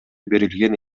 берилген